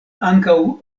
ankaŭ